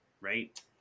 right